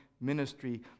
ministry